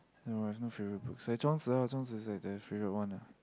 no I have no favorite books like Zhuang-Zi ah Zhuang-Zi is like the favorite one ah